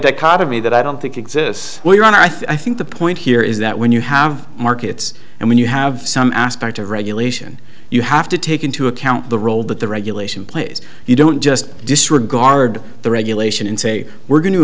dichotomy that i don't think exists when you're on i think the point here is that when you have markets and when you have some aspect of regulation you have to take into account the role that the regulation plays you don't just disregard the regulation and say we're going to